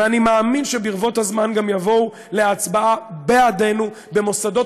ואני מאמין שברבות הזמן גם יבואו להצבעה בעדנו במוסדות